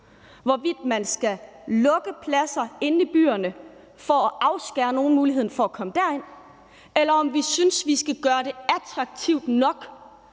hvorvidt man skal lukke pladser inde i byerne for at afskære nogle muligheden fra at komme derind, eller om vi synes, at vi skal gøre det attraktivt nok